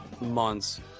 months